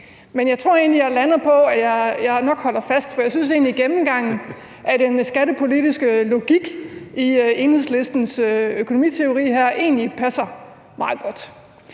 jeg er landet på, at jeg nok holder fast på det, for jeg synes egentlig, at gennemgangen af den skattepolitiske logik i Enhedslistens økonomiteori her, viser, at det passer meget godt.